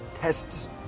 tests